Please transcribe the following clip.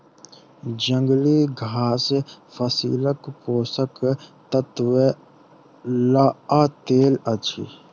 जंगली घास फसीलक पोषक तत्व लअ लैत अछि